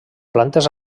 plantes